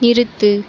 நிறுத்து